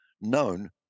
known